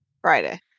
Friday